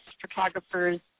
photographers